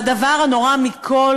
והדבר הנורא מכול,